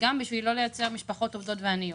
גם בשביל לא לייצר משפחות עובדות ועניות.